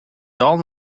all